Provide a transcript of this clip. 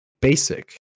basic